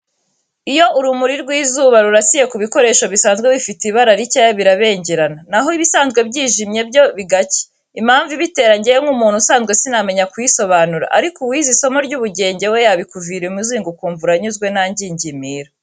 Iyo urumuri rw'izuba rurasiye ku bikoresho bisanzwe bifite ibara rikeye birabengerana, na ho ibisanzwe byijimye byo bigacya, impamvu ibitera njyewe nk'umuntu usanzwe sinamenya kuyisobanura ariko uwize isomo ry'ubugenge we yabikuvira imuzingo ukumva uranyuzwe, nta ngingimira.